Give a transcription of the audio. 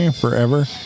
forever